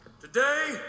Today